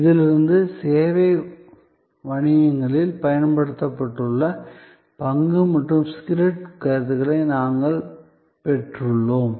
இதிலிருந்து சேவை வணிகங்களில் பயன்படுத்தப்பட்டுள்ள பங்கு மற்றும் ஸ்கிரிப்ட் கருத்துகளை நாங்கள் பெற்றுள்ளோம்